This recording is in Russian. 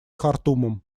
хартумом